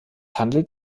handelt